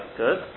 good